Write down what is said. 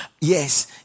Yes